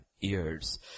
ears